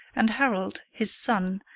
and harold, his son,